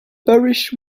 parish